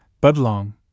Budlong